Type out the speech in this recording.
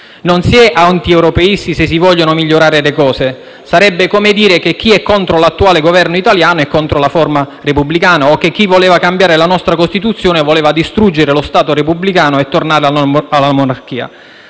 Non si è antieuropeisti se si vogliono migliorare le cose; sarebbe come dire che chi è contro l'attuale Governo italiano è contro la forma repubblicana o che chi voleva cambiare la nostra Costituzione voleva distruggere lo Stato repubblicano e tornare alla monarchia.